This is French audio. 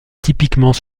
typiquement